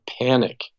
panic